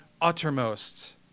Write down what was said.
uttermost